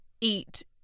eat